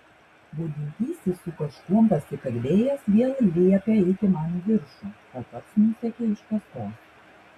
budintysis su kažkuom pasikalbėjęs vėl liepė eiti man į viršų o pats nusekė iš paskos